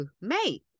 mate